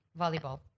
volleyball